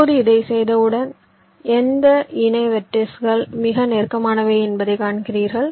இப்போது இதைச் செய்தவுடன் எந்த இணை வெர்டிஸ்கள் மிக நெருக்கமானவை என்பதை காண்கிறீர்கள்